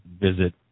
visit